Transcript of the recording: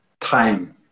time